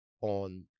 on